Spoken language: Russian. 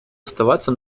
оставаться